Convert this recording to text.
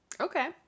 Okay